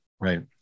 right